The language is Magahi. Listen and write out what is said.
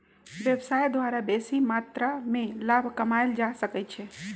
व्यवसाय द्वारा बेशी मत्रा में लाभ कमायल जा सकइ छै